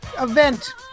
event